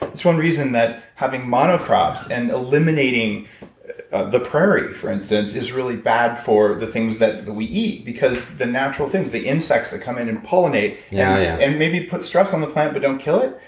that's one reason that having mono-crops and eliminating the prairie for instance, is really bad for the things that we eat. because the natural things, the insects that come in and pollinate yeah and maybe put stress on the plant but don't kill it,